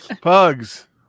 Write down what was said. Pugs